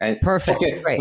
perfect